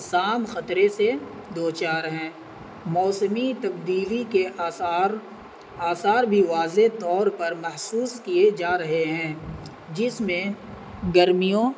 سام خطرے سے دو چار ہیں موسمی تبدیلی کے آثار آثار بھی واضح طور پر محسوس کیے جا رہے ہیں جس میں گرمیوں